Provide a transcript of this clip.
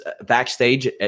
backstage